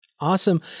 Awesome